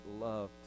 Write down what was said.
love